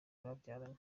babyaranye